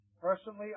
Personally